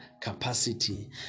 capacity